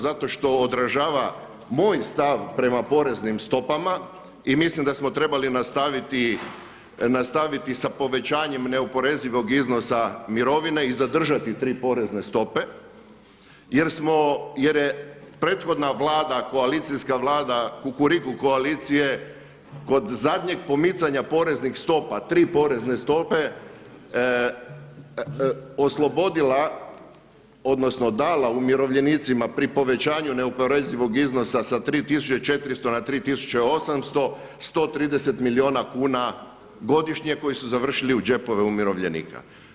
Zato što odražava moj stav prema poreznim stopama i mislim da smo trebali nastaviti sa povećanjem neoporezivog iznosa mirovine i zadržati tri porezne stope jer je prethodna Vlada, koalicijska Vlada Kukuriku koalicije kod zadnjeg pomicanja poreznih stopa, tri porezne stope oslobodila odnosno dala umirovljenicima pri povećanju neoporezivog iznosa sa 3400 na 3800, 130 milijuna kuna godišnje koji su završili u džepovima umirovljenika.